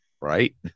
Right